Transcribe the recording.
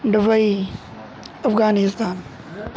Dubai Afghanistan